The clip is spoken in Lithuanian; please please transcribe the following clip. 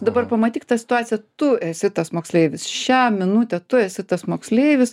dabar pamatyk tą situaciją tu esi tas moksleivis šią minutę tu esi tas moksleivis